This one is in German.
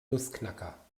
nussknacker